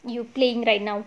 you playing right now